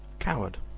coward,